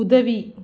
உதவி